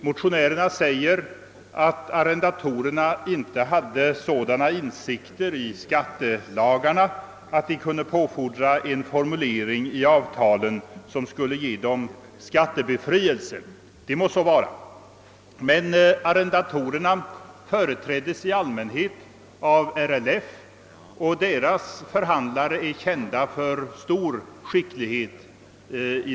Motionärerna uttalar att arrendatorerna inte hade sådana insikter i skattelagarna att de kunde påfordra en formulering i avtalen som skulle ge dem skattebefrielse. Det må så vara. Men arrendatorerna företräddes i allmänhet av RLF, och dess förhandlare är kända för stor skicklighet.